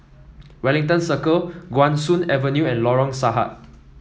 Wellington Circle Guan Soon Avenue and Lorong Sahad